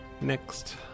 Next